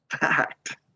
fact